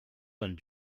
than